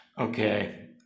Okay